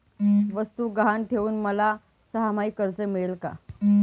वस्तू गहाण ठेवून मला सहामाही कर्ज मिळेल का?